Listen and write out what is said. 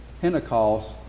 Pentecost